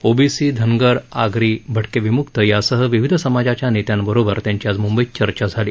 OBC Dhangar Agri भटके विमुक्त यासह विविध समाजाच्या नेत्यांबरोबर त्यांची आज मुंबईत चर्चा झाली